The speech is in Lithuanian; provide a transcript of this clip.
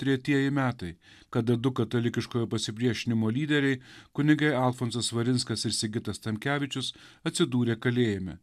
tretieji metai kada du katalikiškojo pasipriešinimo lyderiai kunigai alfonsas svarinskas ir sigitas tamkevičius atsidūrė kalėjime